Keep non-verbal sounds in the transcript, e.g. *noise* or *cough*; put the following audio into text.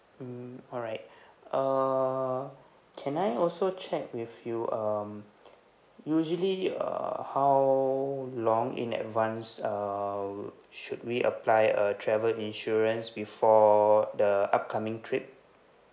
mm alright *breath* err can I also check with you um usually err how long in advance err should we apply a travel insurance before the upcoming trip